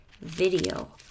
Video